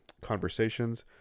conversations